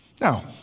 Now